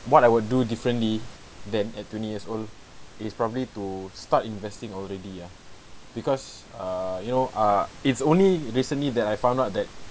what I would do differently than at twenty years old is probably to start investing already ah because err you know ah it's only recently that I found out that